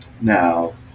Now